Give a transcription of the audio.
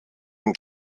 ein